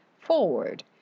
forward